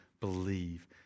believe